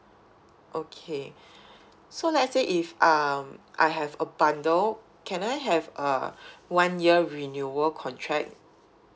okay so let's say if um I have a bundle can I have uh one year renewal contract